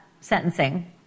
sentencing